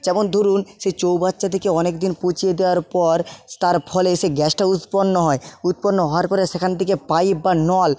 যেমন ধরুন সেই চৌবাচ্চা থেকে অনেক দিন পচিয়ে দেওয়ার পর তার ফলে সে গ্যাসটা উৎপন্ন হয় উৎপন্ন হওয়ার পরে সেখান থেকে পাইপ বা নল